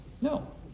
No